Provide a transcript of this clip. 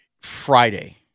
Friday